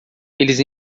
eles